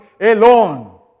alone